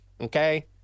Okay